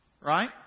Right